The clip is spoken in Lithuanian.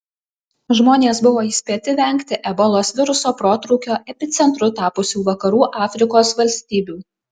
žmonės buvo įspėti vengti ebolos viruso protrūkio epicentru tapusių vakarų afrikos valstybių